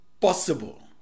possible